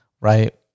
right